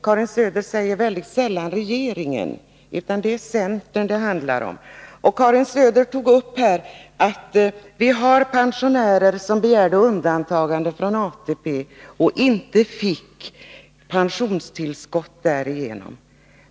Karin Söder säger mycket sällan ”regeringen”, utan det är centern det handlar om. Karin Söder tog här upp att det finns pensionärer som begärde undantagande från ATP och som inte fick pensionstillskott därigenom.